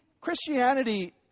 Christianity